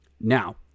Now